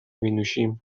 مینوشیم